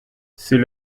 c’est